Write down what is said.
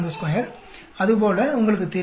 042 அது போல உங்களுக்குத் தெரியும்